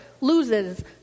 loses